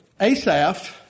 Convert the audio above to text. Asaph